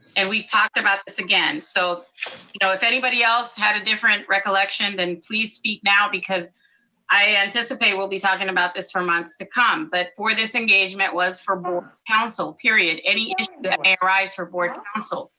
and we've talked about this again. so you know if anybody else had a different recollection, then please speak now, because i anticipate we'll be talking about this for months to come. but for this engagement was for board council, period. any issues that may arise for board council.